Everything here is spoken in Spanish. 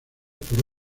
por